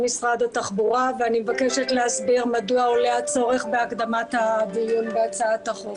אני מבקשת להסביר מדוע עולה הצורך בהקדמת הדיון בהצעת החוק.